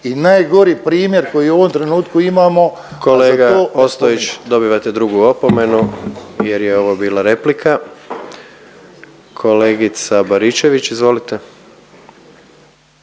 **Jandroković, Gordan (HDZ)** Kolega Ostojić, dobivate drugu opomenu jer je ovo bila replika. Kolegica Baričević izvolite.